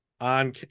on